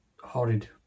horrid